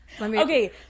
Okay